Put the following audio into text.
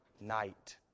night